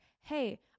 hey